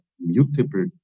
multiple